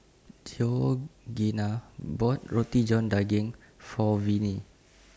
Georgeanna bought Roti John Daging For Vinie